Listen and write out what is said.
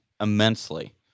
immensely